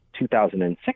2006